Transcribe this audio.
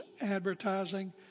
advertising